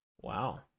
Wow